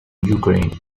ukraine